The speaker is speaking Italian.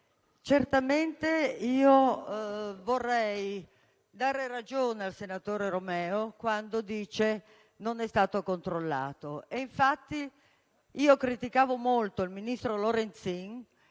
Presidente, vorrei dare ragione al senatore Romeo quando dice: non è stato controllato. Infatti io criticavo molto il ministro Lorenzin